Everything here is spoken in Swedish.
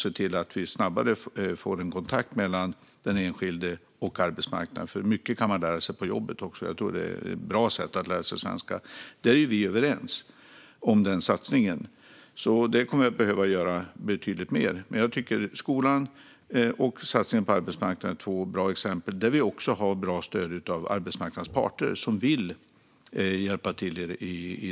Det måste bli en snabbare kontakt mellan den enskilde och arbetsmarknaden. Mycket kan man lära sig på jobbet, och det är ett bra sätt att lära sig svenska. Vi är överens om den satsningen, men där behöver betydligt mer göras. Skolan och satsningen på arbetsmarknaden är två bra exempel där vi också har bra stöd av arbetsmarknadens parter; de vill hjälpa till.